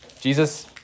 Jesus